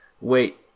wait